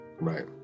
Right